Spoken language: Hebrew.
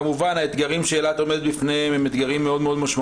כמובן האתגרים שאילת עומדת בפניהם הם מאוד משמעותיים,